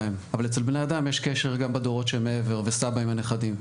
אבל אצל בני אדם יש קשר גם בדורות שמעבר וסבא עם הנכדים,